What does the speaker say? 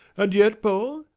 and yet, paul,